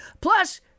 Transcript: Plus